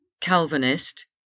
Calvinist